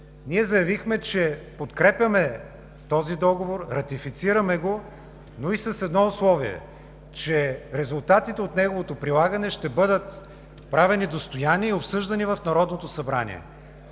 Ние заявихме, че подкрепяме този договор, ратифицираме го, но и с едно условие, че резултатите от неговото прилагане ще бъдат правени достояние и обсъждани в Народното събрание.